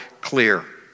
clear